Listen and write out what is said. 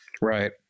right